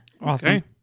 Awesome